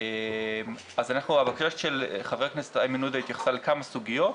אז הבקשה של חבר הכנסת עודה התייחסה לכמה סוגיות,